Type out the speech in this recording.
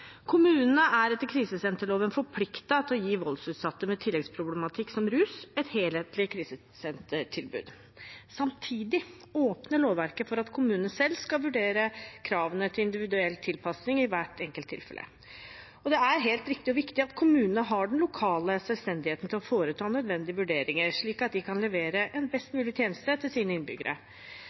etter krisesenterloven «er forpliktet til å gi voldsutsatte med tilleggsproblematikk som rus et helhetlig krisesentertilbud». Samtidig åpner lovverket for at kommunene selv skal «vurdere kravene til individuell tilpasning i hvert enkelt tilfelle». Det er helt riktig og viktig at kommunene har den lokale selvstendigheten til å foreta nødvendige vurderinger, slik at de kan levere en best mulig tjeneste til sine innbyggere.